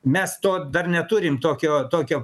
mes to dar neturim tokio tokio